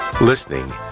listening